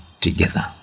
together